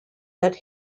that